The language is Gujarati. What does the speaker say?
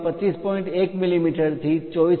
1 મીમી થી 24